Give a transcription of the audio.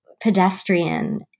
pedestrian